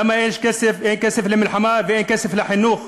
למה יש כסף למלחמה ואין כסף לחינוך,